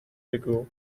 بگو